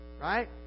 Right